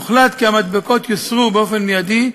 הוחלט כי המדבקות יוסרו באופן מיידי,